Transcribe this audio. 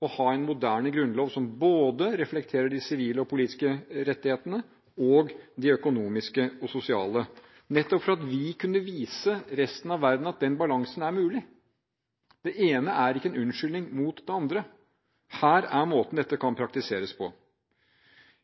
å ha en moderne grunnlov som reflekterer både de sivile og politiske rettighetene og de økonomiske og sosiale rettighetene, nettopp fordi vi kunne vist resten av verden at den balansen er mulig. Det ene er ikke en unnskyldning mot det andre. Her er måten dette kan praktiseres på.